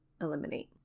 eliminate